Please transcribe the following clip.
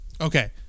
Okay